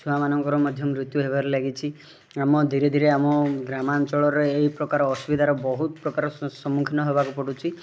ଛୁଆମାନଙ୍କର ମଧ୍ୟ ମୃତ୍ୟୁ ହେବାରେ ଲାଗିଛି ଆମ ଧୀରେ ଧୀରେ ଆମ ଗ୍ରାମାଞ୍ଚଳରେ ଏହି ପ୍ରକାର ଅସୁବିଧାର ବହୁତ ପ୍ରକାର ସମ୍ମୁଖୀନ ହବାକୁ ପଡ଼ୁଛି